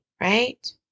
Right